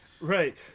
Right